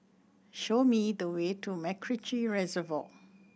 show me the way to MacRitchie Reservoir